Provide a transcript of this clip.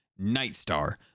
Nightstar